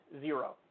zero